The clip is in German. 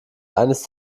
eines